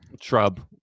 shrub